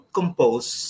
compose